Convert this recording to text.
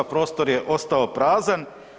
Prostor je ostao prazan.